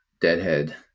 deadhead